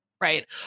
Right